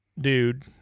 dude